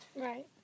Right